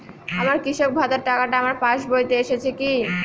আমার কৃষক ভাতার টাকাটা আমার পাসবইতে এসেছে কি?